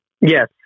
Yes